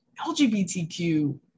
LGBTQ